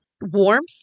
Warmth